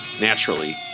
naturally